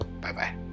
Bye-bye